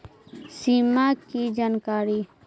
सिमा कि जानकारी?